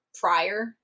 prior